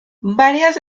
varias